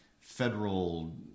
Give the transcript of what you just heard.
federal